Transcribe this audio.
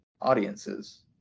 audiences